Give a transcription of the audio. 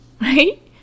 right